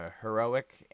heroic